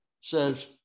says